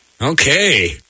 Okay